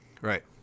Right